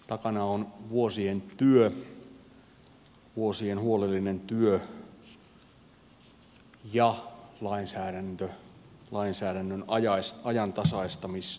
takana on vuosien työ vuosien huolellinen työ ja lainsäädännön ajantasaistamistyö